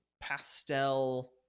pastel